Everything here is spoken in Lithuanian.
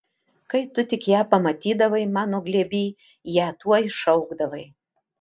kai tu tik ją pamatydavai mano glėby ją tuoj šaukdavai